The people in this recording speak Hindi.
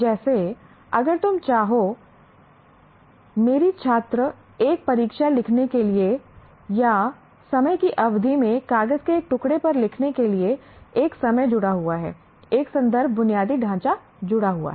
जैसे अगर तुम चाहो मेरी छात्र एक परीक्षा लिखने के लिए या समय की अवधि में कागज के एक टुकड़े पर लिखने के लिए एक समय जुड़ा हुआ है एक संदर्भ बुनियादी ढांचा जुड़ा हुआ है